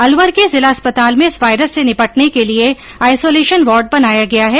अलवर के जिला अस्पताल में इस वायरस से निपटने के लिए आइसोलेशन वार्ड बनाया गया है